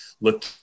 look